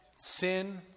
Sin